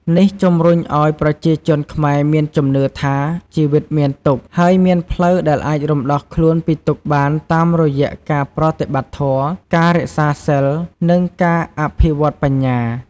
នេះជំរុញឱ្យប្រជាជនខ្មែរមានជំនឿថា ជីវិតមានទុក្ខ ហើយមានផ្លូវដែលអាចរំដោះខ្លួនពីទុក្ខបានតាមរយៈការប្រតិបត្តិធម៌ ការរក្សាសីល និងការអភិវឌ្ឍបញ្ញា។